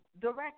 direct